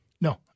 No